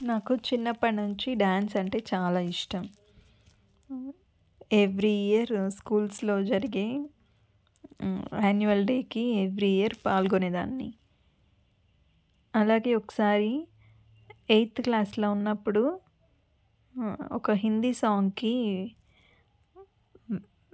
నాకు చిన్నప్పటి నుంచి డ్యాన్స్ అంటే చాలా ఇష్టం ఎవ్రీ ఇయర్ స్కూల్స్లో జరిగే ఆన్యువల్ డేకి ఎవ్రీ ఇయర్ పాల్గొనే దాన్ని అలాగే ఒకసారి ఎయిత్ క్లాస్లో ఉన్నప్పుడు ఒక హిందీ సాంగ్కి